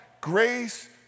Grace